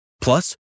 Plus